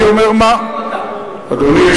אפשר